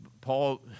Paul